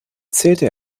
zählte